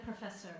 professor